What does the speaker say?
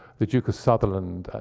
the duke of sutherland,